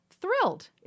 thrilled